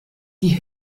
die